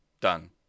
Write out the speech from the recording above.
Done